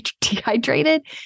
dehydrated